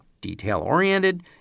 detail-oriented